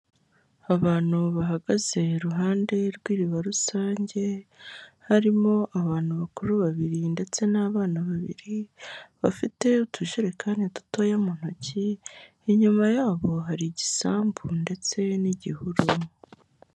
Abantu bahagaze iruhande rw'iriba rusange; harimo abantu bakuru babiri ndetse n'abana babiri bafite utujerekani dutoya mu ntoki, inyuma yabo hari igisambu ndetse n'igihuru.